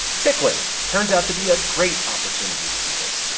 tickling turns out to be a great opportunity to do this.